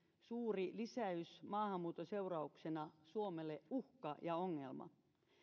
suuri lisäys maahanmuuton seurauksena suomelle uhka ja ongelma